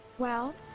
well,